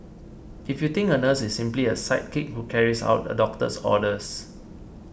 if you think a nurse is simply a sidekick who carries out a doctor's orders